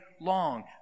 long